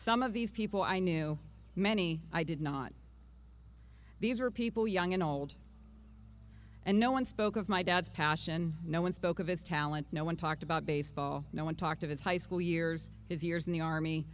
some of these people i knew many i did not these were people young and old and no one spoke of my dad's passion no one spoke of his talent no one talked about baseball no one talked of his high school years his years in the army